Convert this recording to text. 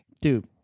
Dude